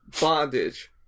Bondage